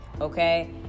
Okay